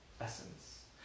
essence